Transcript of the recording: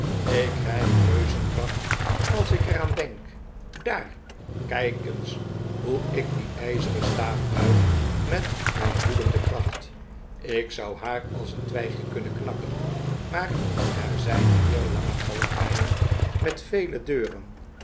ik krijg reuzenkracht als ik er aan denk daar kijk eens hoe ik die ijzeren staaf buig met mijn woedende kracht ik zou haar als een twijgje kunnen knakken t maar er zijn hier lange galerijen met vele deuren